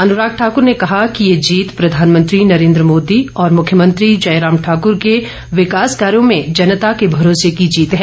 अनुराग ठाकूर ने कहा कि ये जीत प्रधानमंत्री नरेंद्र मोदी और मुख्यमंत्री जयराम ठाकुर के विकास कार्यों में जनंता के भरोसे की जीत है